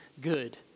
good